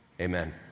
Amen